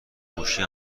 گوشی